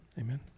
Amen